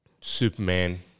Superman